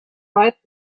right